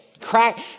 crack